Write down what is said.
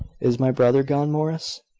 is my brother gone, morris?